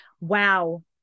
Wow